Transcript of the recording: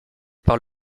par